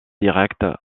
direct